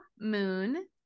moon